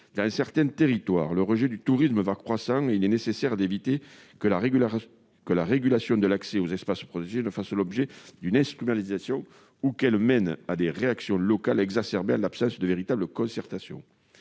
Dans certains territoires, le rejet du tourisme va croissant et il est nécessaire d'éviter que la régulation de l'accès aux espaces protégés ne fasse l'objet d'une instrumentalisation ou qu'elle ne mène à des réactions locales exacerbées en l'absence de véritable concertation.